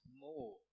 more